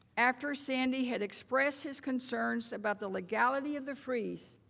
after sandy had expressed his concern about the legality of the freeze.